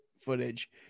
footage